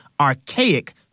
archaic